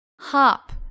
hop